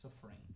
suffering